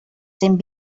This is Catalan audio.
cent